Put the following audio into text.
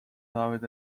davet